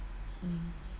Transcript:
mm